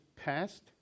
passed